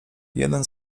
jeden